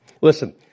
Listen